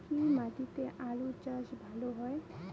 কি মাটিতে আলু চাষ ভালো হয়?